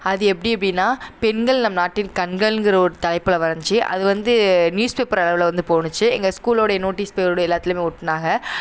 அது எப்படி அப்படின்னா பெண்கள் நம் நாட்டின் கண்கள்ங்குற ஒரு தலைப்பில் வரஞ்சி அது வந்து நியூஸ் பேப்பர் அளவில் வந்து போனுச்சு எங்கள் ஸ்கூலோடைய நோட்டீஸ் போர்டு எல்லாத்துலியுமே ஒட்டினாக